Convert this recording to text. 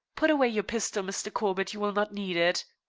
put away your pistol, mr. corbett you will not need it.